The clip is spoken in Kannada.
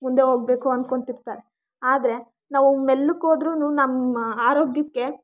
ಮುಂದೆ ಹೊಗಬೇಕು ಅನ್ಕೊಂತಿರ್ತಾರೆ ಆದರೆ ನಾವು ಮೆಲ್ಲಕ್ಕೋದ್ರುನು ನಮ್ಮ ಆರೋಗ್ಯಕ್ಕೆ